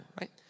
right